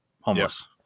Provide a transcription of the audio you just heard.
homeless